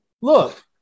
look